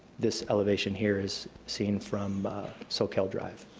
this elevation here is seen from soquel drive.